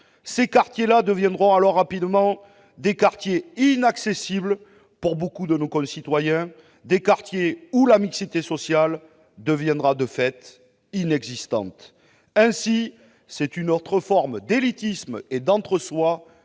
Ces quartiers deviendront alors rapidement inaccessibles pour beaucoup de nos concitoyens, et la mixité sociale deviendra de fait inexistante. Ainsi, c'est une autre forme d'élitisme et d'entre soi